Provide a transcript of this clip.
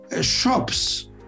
shops